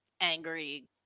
angry